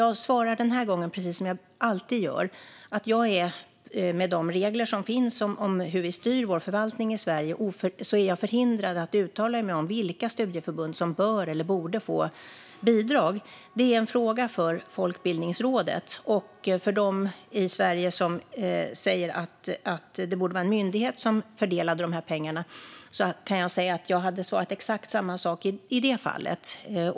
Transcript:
Jag svarar den här gången precis som jag alltid gör: Med de regler som finns om hur vi i Sverige styr vår förvaltning är jag förhindrad att uttala mig om vilka studieförbund som bör eller borde få bidrag. Det är en fråga för Folkbildningsrådet. Det finns de i Sverige som säger att en myndighet borde fördela dessa pengar, och även i detta fall hade jag svarat exakt samma sak.